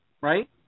Right